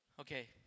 Okay